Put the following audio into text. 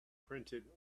printed